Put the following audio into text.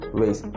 ways